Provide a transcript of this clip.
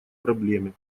проблеме